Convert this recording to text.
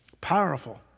Powerful